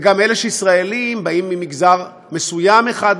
וגם אלה הישראלים באים ממגזר מסוים אחד,